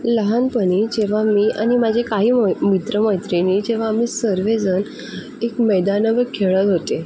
लहानपणी जेव्हा मी आणि माझे काही मै मित्र मैत्रिणी जेव्हा आम्ही सर्व जण एक मैदानावर खेळत होते